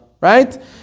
right